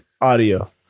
audio